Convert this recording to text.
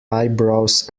eyebrows